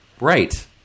Right